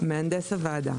"מהנדס הוועדה"